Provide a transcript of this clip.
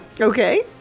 Okay